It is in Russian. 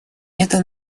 это